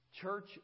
church